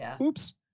Oops